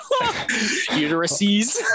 uteruses